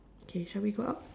okay shall we go up